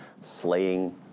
Slaying